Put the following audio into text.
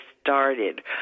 started